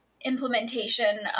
implementation